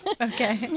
Okay